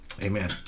Amen